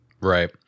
Right